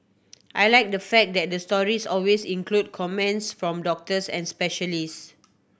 I like the fact that the stories always include comments from doctors and specialists